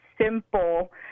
simple